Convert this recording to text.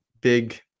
big